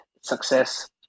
success